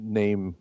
name